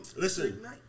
listen